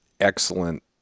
excellent